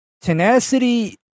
tenacity